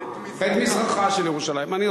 את מזרחה של ירושלים.